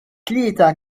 tlieta